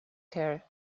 care